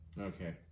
Okay